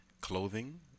clothing